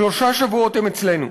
שלושה שבועות הם אצלנו.